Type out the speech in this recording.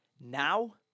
Now